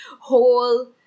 whole